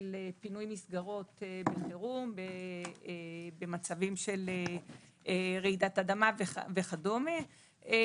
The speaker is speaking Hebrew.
פינוי מסגרות בחירום במצבים של רעידת אדמה וכדומה.